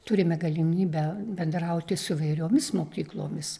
turime galimybę bendrauti su įvairiomis mokyklomis